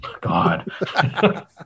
God